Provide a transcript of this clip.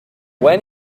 when